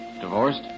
Divorced